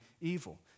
evil